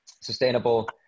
sustainable